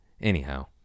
Anyhow